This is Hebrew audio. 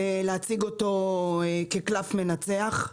ולהציג אותו כקלף מנצח.